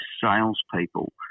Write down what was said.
salespeople